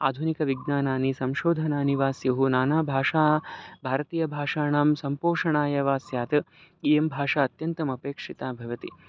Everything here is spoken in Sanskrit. आधुनिकविज्ञानानि संशोधनानि वा स्युः नाना भाषा भारतीयभाषाणां सम्पोषणाय वा स्यात् इयं भाषा अत्यन्तमपेक्षिता भवति